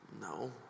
No